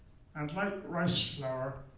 and like rice flour,